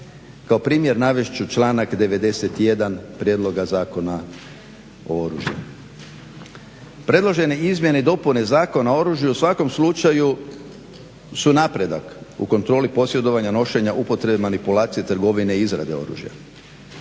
Kao primjer navest ću članak 91. Prijedloga zakona o oružju. Predložene izmjene i dopune Zakona o oružju u svakom slučaju su napredak u kontroli posjedovanja, nošenja, upotrebi, manipulacije, trgovine i izrade oružja.